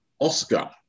Oscar